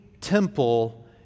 temple